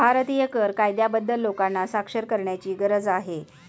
भारतीय कर कायद्याबद्दल लोकांना साक्षर करण्याची गरज आहे